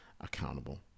accountable